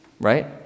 right